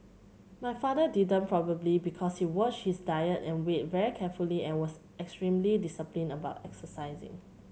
my father didn't probably because he watched his diet and weight very carefully and was extremely disciplined about exercising